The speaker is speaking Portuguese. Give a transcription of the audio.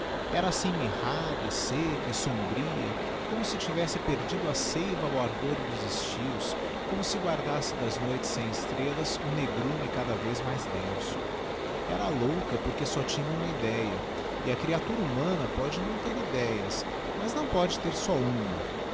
era assim mirrada e secca e sombria como se tivesse perdido a seiva ao ardor dos estios como se guardasse das noites sem estrellas o negrume cada vez mais denso era louca porque só tinha uma idéa e a creatura humana pôde não ter idéas mas não pode ter só uma